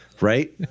Right